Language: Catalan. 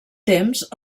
temps